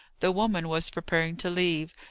the woman was preparing to leave,